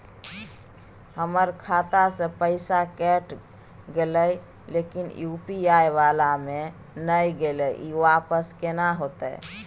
हमर खाता स पैसा कैट गेले इ लेकिन यु.पी.आई वाला म नय गेले इ वापस केना होतै?